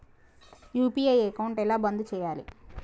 UPI account ఎలా బంద్ చేయాలి?